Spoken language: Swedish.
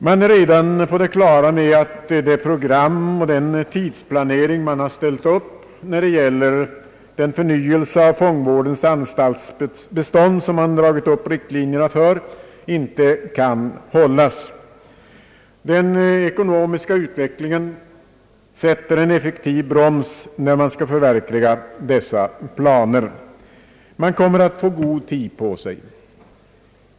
Man är redan på det klara med att det program och den tidsplanering som man har ställt upp när det gäller den förnyelse av fångvårdens anstaltsbestånd, som man har dragit upp riktlinjerna för, inte kan hålla. Den ekonomiska utvecklingen sätter en effektiv broms när man skall förverkliga dessa planer. Man kommer att få god tid på sig.